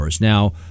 Now